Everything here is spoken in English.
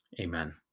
Amen